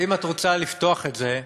אם את רוצה לפתוח את זה,